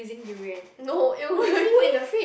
no it was really